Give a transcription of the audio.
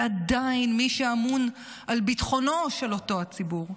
ועדיין, מי שאמון על ביטחונו של אותו הציבור,